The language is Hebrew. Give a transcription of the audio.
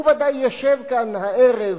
הוא ודאי ישב כאן הערב,